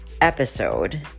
episode